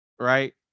Right